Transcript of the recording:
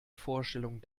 vorstellung